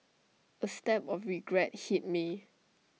A stab of regret hit me